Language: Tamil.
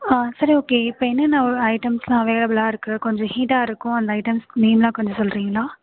ஆன் சரி ஓகே இப்போ என்னென்னா ஐட்டம்ஸ்லான் அவைலபுலாகருக்கு கொஞ்சம் ஹீட்டாகருக்கும் அந்த ஐட்டம் கிளீனாக கொஞ்சம் சொல்றீங்களா